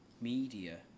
media